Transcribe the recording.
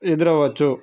ఎదురు అవవచ్చు